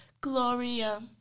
Gloria